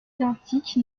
identique